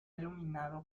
iluminado